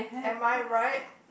am I right